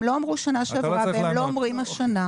הם לא אמרו בשנה שעברה והם לא אומרים השנה,